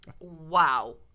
Wow